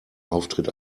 auftritt